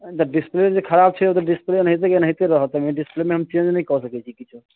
display जे खराब छै ओ तऽ डिसप्ले एनाहितेके एनाहिते रहत एहिमे डिसप्लेमे हम चेंज नहि कऽ सकैत छी किछु